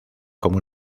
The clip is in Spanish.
como